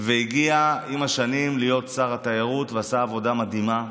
הגיע עם השנים להיות שר התיירות ועשה עבודה מדהימה.